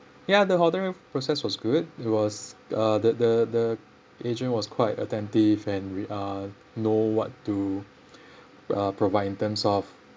ya the ordering process was good it was uh the the the agent was quite attentive and re~ uh know what to uh provide in terms of